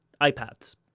iPads